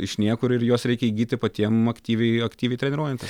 iš niekur ir juos reikia įgyti patiem aktyviai aktyviai treniruojant